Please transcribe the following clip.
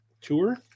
tour